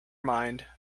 mind